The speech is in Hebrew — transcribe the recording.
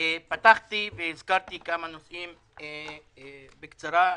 פתחתי והזכרתי כמה נושאים בקצרה.